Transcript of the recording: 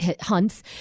hunts